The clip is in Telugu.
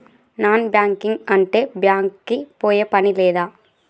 నాన్ బ్యాంకింగ్ అంటే బ్యాంక్ కి పోయే పని లేదా?